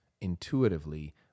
intuitively